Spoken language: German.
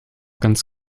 ganz